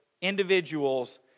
individuals